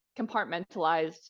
compartmentalized